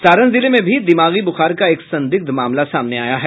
सारण जिले में भी दिमागी बुखार का एक संदिग्ध मामला सामने आया है